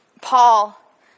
Paul